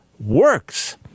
works